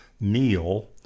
Neil